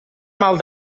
mal